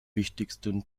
wichtigsten